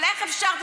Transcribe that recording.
אבל איך אפשר?